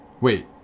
Wait